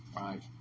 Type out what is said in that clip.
Right